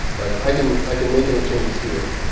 like i can i can make any changes here.